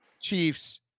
Chiefs